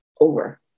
over